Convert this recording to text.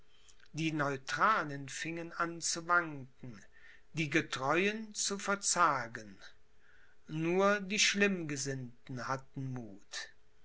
die neutralen fingen an zu wanken die getreuen zu verzagen nur die schlimmgesinnten hatten muth